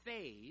phase